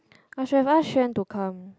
I should have asked Xuan to come